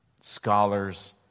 scholars